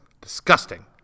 Disgusting